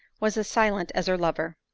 was as silent as her lover.